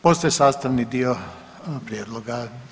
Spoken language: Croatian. Postaje sastavni dio prijedloga.